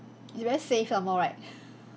it's very safe some more right